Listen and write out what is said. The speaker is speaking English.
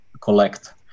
collect